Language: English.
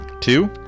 Two